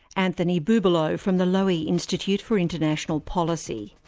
anthony bubalo, from the lowy institute for international policy.